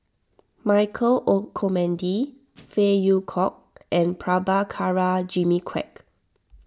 Michael Olcomendy Phey Yew Kok and Prabhakara Jimmy Quek